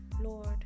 Lord